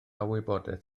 wybodaeth